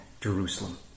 Jerusalem